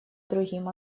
другим